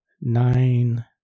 nine